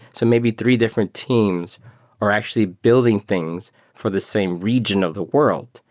so maybe three different teams are actually building things for the same region of the world.